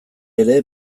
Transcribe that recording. ere